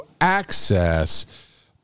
access